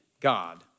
God